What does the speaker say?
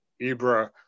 Ibra